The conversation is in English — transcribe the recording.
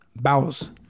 bowels